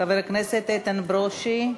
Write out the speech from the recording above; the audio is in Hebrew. חבר הכנסת איתן ברושי,